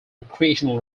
recreational